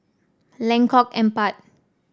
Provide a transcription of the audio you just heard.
Lengkok Empat